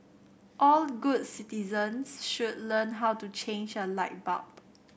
all good citizens should learn how to change a light bulb